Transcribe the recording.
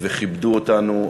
וכיבדו אותנו.